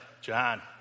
John